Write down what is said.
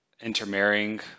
intermarrying